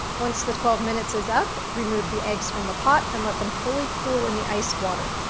once the twelve minutes is up, remove the eggs from the pot and let them fully cool in the ice water.